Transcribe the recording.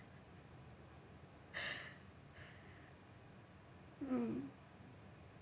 mm